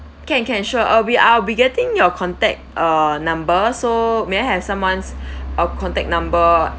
can can sure uh we are we getting your contact uh number so may I have someones uh contact number